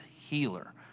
healer